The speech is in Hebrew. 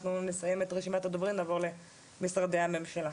אנחנו נסיים את רשימת הדוברים ונעבור למשרדי הממשלה.